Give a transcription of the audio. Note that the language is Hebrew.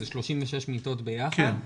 זה 36 מיטות ביחד,